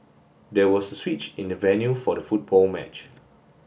there was a switch in the venue for the football match